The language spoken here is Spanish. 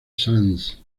sans